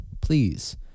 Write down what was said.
Please